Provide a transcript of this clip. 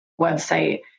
website